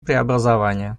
преобразования